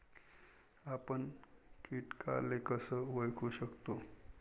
आपन कीटकाले कस ओळखू शकतो?